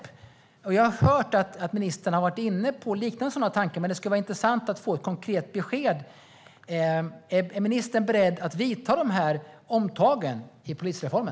Jag har hört att ministern har varit inne på liknande tankar. Men det skulle vara intressant att få ett konkret besked. Är ministern beredd att göra de omtagen i polisreformen?